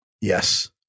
Yes